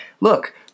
look